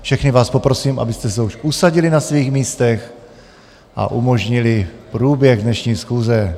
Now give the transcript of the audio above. Všechny vás poprosím, abyste se už usadili na svých místech a umožnili průběh dnešní schůze.